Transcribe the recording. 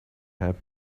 have